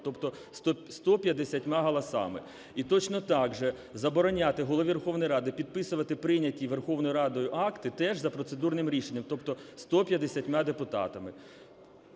тобто 150 голосами. І точно так же забороняти Голові Верховної Ради підписувати прийняті Верховною Радою акти теж за процедурним рішенням, тобто 150 депутатам.